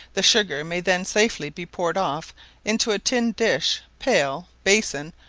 the sugar may then safely be poured off into a tin dish, pail, basin,